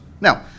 Now